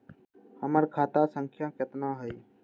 हमर खाता संख्या केतना हई?